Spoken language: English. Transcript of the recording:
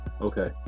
okay